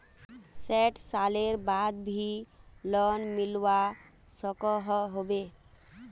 सैट सालेर बाद भी लोन मिलवा सकोहो होबे?